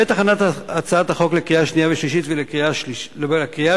בעת הכנת הצעת החוק בין הקריאה השנייה לבין הקריאה